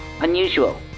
unusual